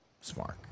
Smart